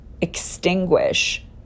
extinguish